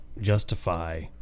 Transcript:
justify